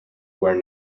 where